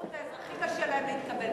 גם לשירות האזרחי קשה להם להתקבל.